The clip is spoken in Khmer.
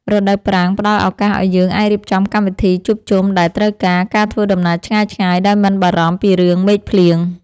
រដូវប្រាំងផ្តល់ឱកាសឱ្យយើងអាចរៀបចំកម្មវិធីជួបជុំដែលត្រូវការការធ្វើដំណើរឆ្ងាយៗដោយមិនបារម្ភពីរឿងមេឃភ្លៀង។